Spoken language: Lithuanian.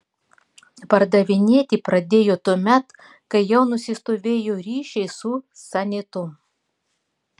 pardavinėti pradėjo tuomet kai jau nusistovėjo ryšiai su sanitu